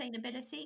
sustainability